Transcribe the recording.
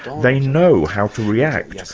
they know how to react,